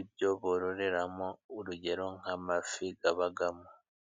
ibyo bororeramo, urugero nk'amafi abamo.